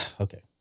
okay